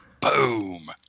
Boom